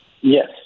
Yes